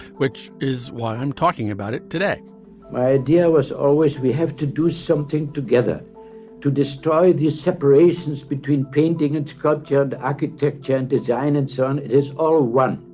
which is why i'm talking about it today my idea was always we have to do something together to destroy these separations between painting and to god, gend architecture and design and so on it is a run.